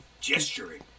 gesturing